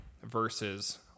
Versus